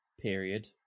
period